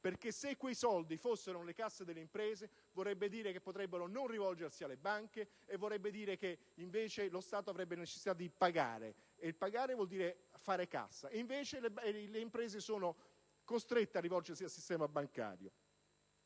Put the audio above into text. perché, se quei soldi fossero nelle casse delle imprese, vorrebbe dire che queste potrebbero non rivolgersi alla banche e che, invece, lo Stato avrebbe necessità di pagare: e pagare vuol dire fare cassa. Invece, le imprese sono costrette a rivolgersi al sistema bancario.